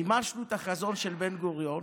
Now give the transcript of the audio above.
מימשנו את החזון של בן-גוריון.